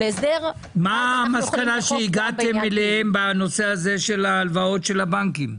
מה המסקנה שהגעתם אליה בנושא ההלוואות של הבנקים?